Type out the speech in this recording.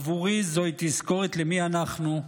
בעבורי זוהי תזכורת למי אנחנו,